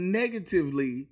negatively